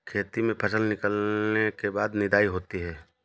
खेती में फसल निकलने के बाद निदाई होती हैं?